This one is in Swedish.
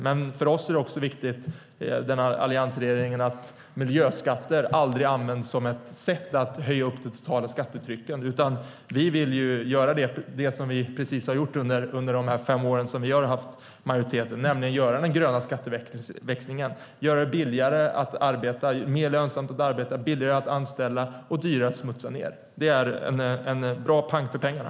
För alliansregeringen är det också viktigt att miljöskatter aldrig används som ett sätt att höja det totala skattetrycket. Vi vill göra det som vi har gjort under de fem år vi har haft majoriteten, nämligen göra den gröna skatteväxlingen. Det handlar om att göra det mer lönsamt att arbeta, billigare att anställa och dyrare att smutsa ned. Det är bra pang för pengarna.